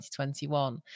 2021